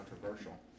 controversial